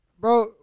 Bro